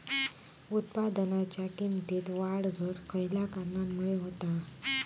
उत्पादनाच्या किमतीत वाढ घट खयल्या कारणामुळे होता?